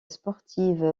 sportive